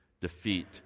defeat